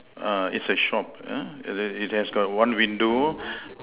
err it's a shop uh it has it has got one window